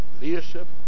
leadership